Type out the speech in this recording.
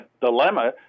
dilemma